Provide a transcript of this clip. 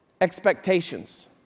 expectations